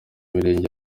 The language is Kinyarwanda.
mirenge